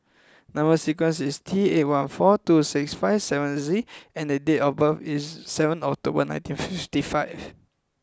number sequence is T eight one four two six five seven Z and date of birth is seven October nineteen fifty five